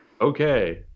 Okay